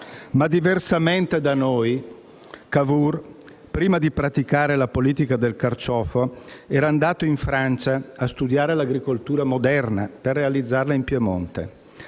ma diversamente da noi, Cavour, prima di praticare la politica del carciofo, era andato in Francia a studiare l'agricoltura moderna per realizzarla in Piemonte.